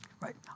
right